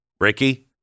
Ricky